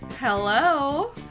Hello